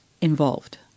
involved